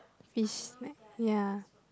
fish meh ya